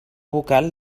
vocal